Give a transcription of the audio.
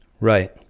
Right